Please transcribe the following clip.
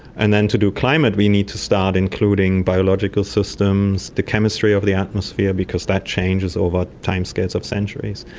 and then to do climate we need to start including biological systems, the chemistry of the atmosphere because that changes over time scales of centuries.